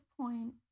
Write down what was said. point